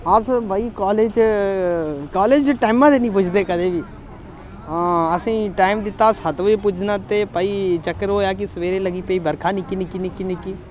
अस भाई college college टाइमा दे निं पुजदे कदें बी हां असें गी टाइम दित्ता सत्त बजे पुज्जना ते भाई चक्कर ओह् होएआ कि सवेरै लग्गी पेई बरखा निक्की निक्की निक्की निक्की